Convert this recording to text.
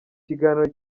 kiganiro